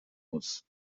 muss